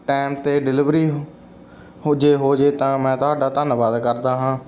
time 'ਤੇ delivery ਹੋ ਜਾਵੇ ਹੋ ਜਾਵੇ ਤਾਂ ਮੈਂ ਤੁਹਾਡਾ ਧੰਨਵਾਦ ਕਰਦਾ ਹਾਂ